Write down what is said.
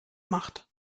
macht